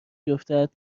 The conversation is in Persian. بیفتد